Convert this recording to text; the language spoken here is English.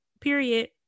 period